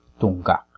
tunggak